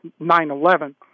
9-11